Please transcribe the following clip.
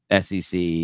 SEC